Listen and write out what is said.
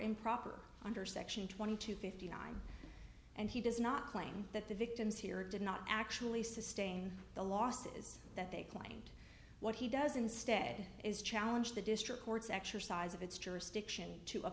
improper under section twenty two fifty nine and he does not claim that the victims here did not actually sustain the lost is that they claimed what he does instead is challenge the district court's exercise of its